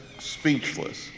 speechless